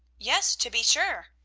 yes, to be sure!